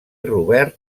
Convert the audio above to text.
robert